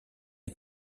est